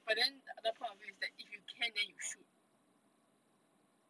but then the point of view is that if you can then you should